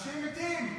אנשים מתים.